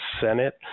senate